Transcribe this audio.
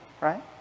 right